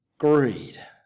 Greed